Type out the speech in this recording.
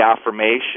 affirmation